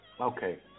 Okay